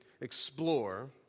explore